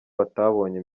batabonye